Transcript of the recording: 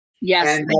Yes